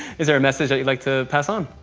is there a message that you'd like to pass on?